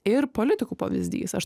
ir politikų pavyzdys aš